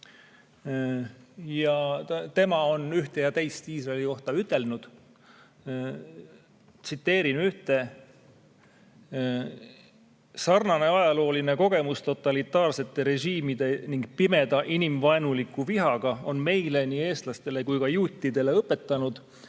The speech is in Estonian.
Tema on ühte ja teist Iisraeli kohta ütelnud. "Sarnane ajalooline kogemus totalitaarsete režiimide ning pimeda, inimvaenuliku vihaga on meile, nii eestlastele kui ka juutidele õpetanud,